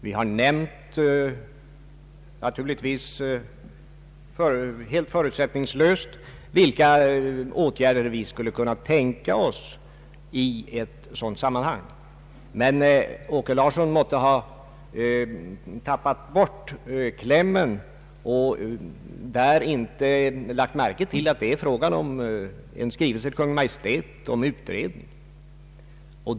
Vi har naturligtvis helt förutsättningslöst nämnt vilka åtgärder vi skulle kunna tänka oss i ett sådant sammanhang, men herr Åke Larsson måtte ha tappat bort klämmen och inte lagt märke till att det är fråga om en skrivelse till Kungl. Maj:t om utredning.